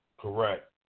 Correct